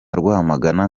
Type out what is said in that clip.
rwamagana